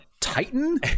titan